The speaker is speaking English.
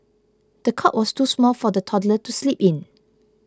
the cot was too small for the toddler to sleep in